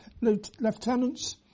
lieutenants